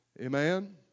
amen